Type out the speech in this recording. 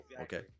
Okay